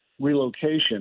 relocation